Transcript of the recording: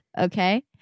okay